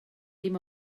dim